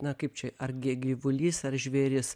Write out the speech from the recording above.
na kaip čia ar gyvulys ar žvėris